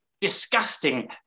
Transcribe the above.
disgusting